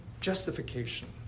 Justification